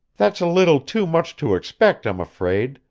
that's a little too much to expect, i'm afraid,